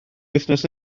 wythnos